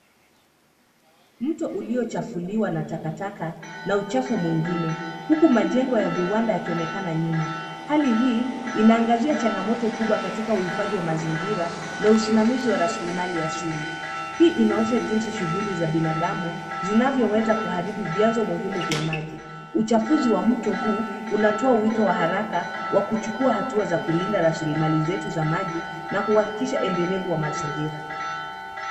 Mto uliochafuliwa na takataka na uchafu mwingine huku majengo ya viwanda kinaoonekana nyuma, hali hii inaangazia changamoto kubwa katika uhifadi wa mazingira na uzimamizi wa raselemali asili, hii inaonyesha jinsi shughuli za binadamu zinavyoweza kuharibu viyanzo muhimu ya maji, uchafuzi wa mto huu, unatoa wito wa haraka wa kuchukuwa hatua za kulinda resemali zetu za maji na kuhakikisha endelefu ya mazingira.